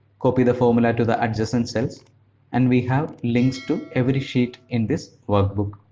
copy the formula to the adjacent cells and we have links to every sheet in this workbook.